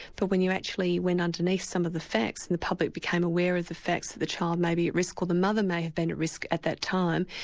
but when you actually went underneath some of the facts, and the public became aware of the facts that the child may be at risk, or the mother may have been at risk at that time,